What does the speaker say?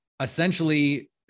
essentially